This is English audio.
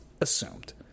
assumed